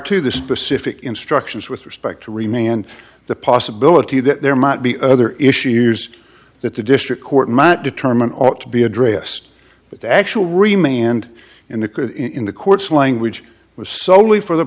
to the specific instructions with respect to remain and the possibility that there might be other issues that the district court might determine ought to be addressed but the actual remained in the in the court's language was solely for the